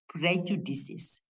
prejudices